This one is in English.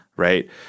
Right